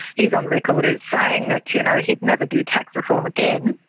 he is on record as saying that you know he'd never do tax reform again,